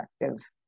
effective